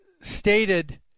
stated